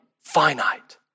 finite